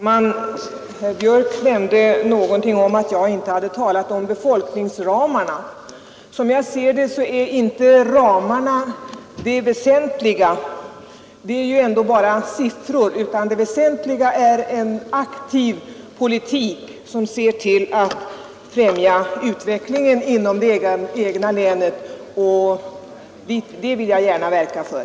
Herr talman! Herr Björk i Gävle sade att jag inte hade talat om befolkningsramarna. Som jag ser det är inte ramarna det väsentliga. De är ändå bara siffror. Det väsentliga är en aktiv politik som främjar utvecklingen i det egna länet, och en sådan vill jag gärna verka för.